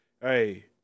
hey